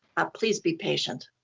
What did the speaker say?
ah please be patient.